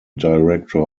director